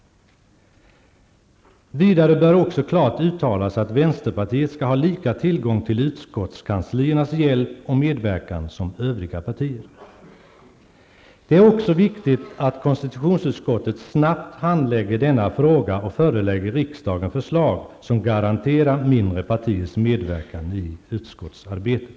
Vidare bör också klart uttalas att vänsterpartiet skall ha lika tillgång till utskottskansliernas hjälp och medverkan som övriga partier. Det är också viktigt att konstitutionsutskottet snabbt handlägger denna fråga och förelägger riksdagen förslag som garanterar mindre partiers medverkan i utskottsarbetet.